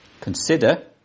Consider